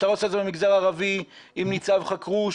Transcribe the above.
המשטרה עושה את זה במגזר הערבי עם ניצב חכרוש,